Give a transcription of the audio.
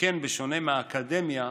שכן בשונה מהאקדמיה,